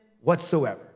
whatsoever